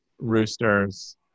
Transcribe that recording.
roosters